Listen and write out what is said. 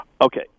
Okay